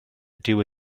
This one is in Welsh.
ydyw